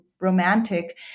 romantic